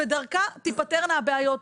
ודרכה תיפתרנה הבעיות.